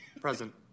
Present